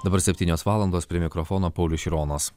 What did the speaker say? dabar septynios valandos prie mikrofono paulius šironas